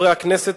חברי הכנסת,